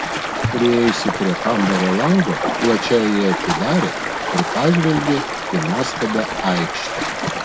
priėjusi prie kambario lango plačiai jį atidarė ir pažvelgė į nuostabią aikštę